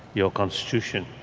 your constitution.